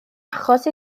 achos